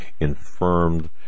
infirmed